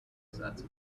desert